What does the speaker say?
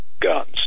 guns